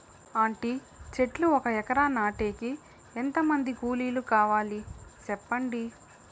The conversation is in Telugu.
అంటి చెట్లు ఒక ఎకరా నాటేకి ఎంత మంది కూలీలు కావాలి? సెప్పండి?